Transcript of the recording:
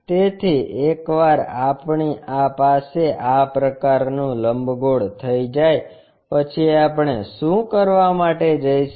તેથી એકવાર આપણી પાસે આ પ્રકારનું લંબગોળ થઈ જાય પછી આપણે શું કરવા માટે જઈશું